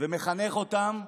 ומחנך אותם.